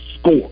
score